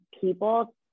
people